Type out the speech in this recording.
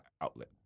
outlet